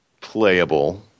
playable